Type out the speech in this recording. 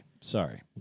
Sorry